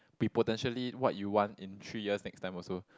be potentially what you want in three years next time also